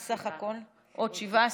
סך הכול עוד שבעה,